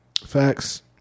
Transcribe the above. Facts